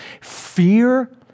fear